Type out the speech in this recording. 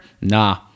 nah